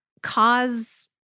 Cause